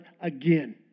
again